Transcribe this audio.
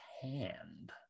hand